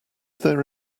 there